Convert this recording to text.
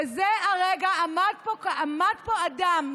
בזה הרגע עמד פה אדם,